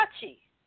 touchy